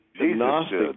gnostic